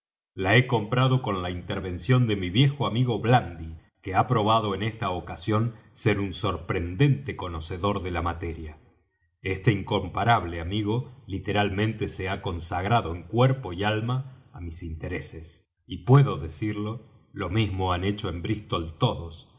la he comprado con la intervención de mi viejo amigo blandy que ha probado en esta ocasión ser un sorprendente conocedor de la materia este incomparable amigo literalmente se ha consagrado en cuerpo y alma á mis intereses y puedo decirlo lo mismo han hecho en brístol todos